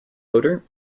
odour